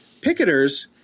Picketers